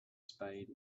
spade